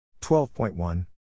12.1